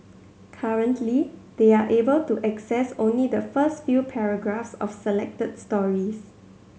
currently they are able to access only the first few paragraphs of selected stories